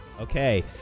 Okay